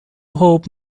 hope